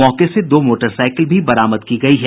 मौके से दो मोटरसाइकिल भी बरामद की गयी है